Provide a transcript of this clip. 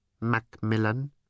Macmillan